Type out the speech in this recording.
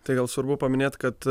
tai gal svarbu paminėt kad